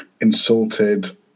insulted